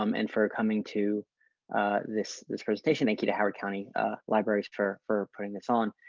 um and for coming to this this presentation. thank you to howard county libraries for for putting this on.